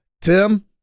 tim